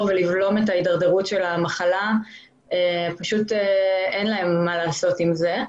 ולבלום את ההידרדרות של המחלה פשוט אין להם מה לעשות עם זה.